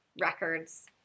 records